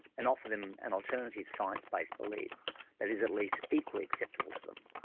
and offer them an alternative science-based belief that is at least equally acceptable to them.